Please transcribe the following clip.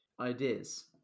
ideas